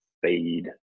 fade